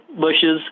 bushes